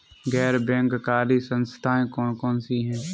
गैर बैंककारी संस्थाएँ कौन कौन सी हैं?